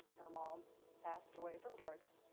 her mom passed away from drugs.